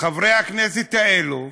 חברי הכנסת האלה,